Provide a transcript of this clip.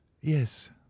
yes